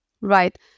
Right